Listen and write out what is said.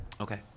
Okay